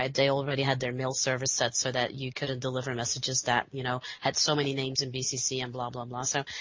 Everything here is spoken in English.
they already had their mail service set so that you could deliver messages that you know had so many names in bcc and blah, blah, blah. so